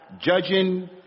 Judging